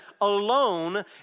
alone